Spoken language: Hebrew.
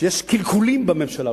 שיש קלקולים בממשלה.